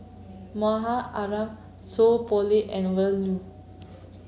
Mahmud Alam Seow Poh Leng and Ove Lu